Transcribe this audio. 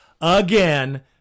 again